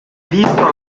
visto